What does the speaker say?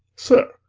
sir,